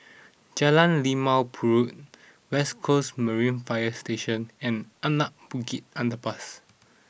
Jalan Limau Purut West Coast Marine Fire Station and Anak Bukit Underpass